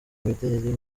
imideri